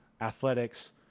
athletics